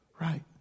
Right